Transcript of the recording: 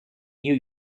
new